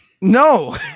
no